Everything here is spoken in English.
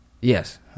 Yes